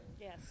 Yes